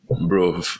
bro